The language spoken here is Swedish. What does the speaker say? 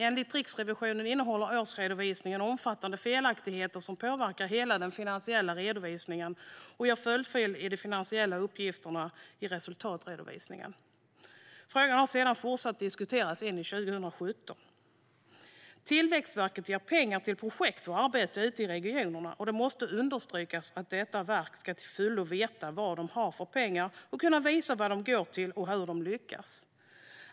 Enligt Riksrevisionen innehåller årsredovisningen omfattande felaktigheter som påverkar hela den finansiella redovisningen och ger följdfel i de finansiella uppgifterna i resultatredovisningen. Frågan har sedan fortsatt att diskuteras in i 2017. Tillväxtverket ger pengar till projekt och arbete ute i regionerna, och det måste understrykas att detta verk till fullo ska veta vad det har för pengar, kunna visa vad pengarna går till och hur projekten lyckas.